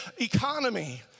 economy